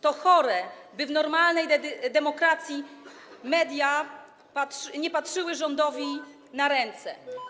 To chore, by w normalnej demokracji media nie patrzyły rządowi na ręce.